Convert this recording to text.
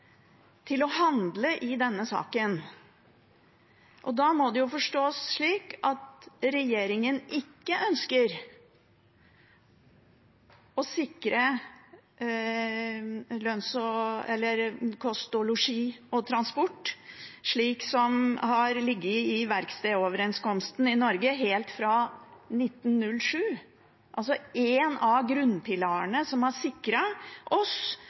til å handle i denne saken. Da må det forstås slik at regjeringen ikke ønsker å sikre kost, losji og transport slik som det har foreligget i verkstedsoverenskomsten i Norge helt fra 1907 – altså en av grunnpilarene som har sikret oss